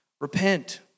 repent